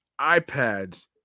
iPads